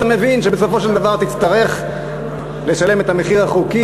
מבין שבסופו של דבר תצטרך לשלם את המחיר החוקי,